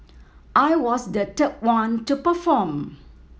I was the third one to perform